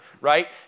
right